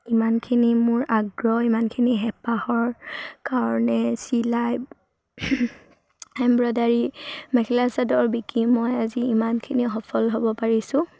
ইমানখিনি মোৰ আগ্ৰহ ইমানখিনি হেঁপাহৰ কাৰণে চিলাই এম্ব্ৰইডাৰী মেখেলা চাদৰ বিকি মই আজি ইমানখিনি সফল হ'ব পাৰিছোঁ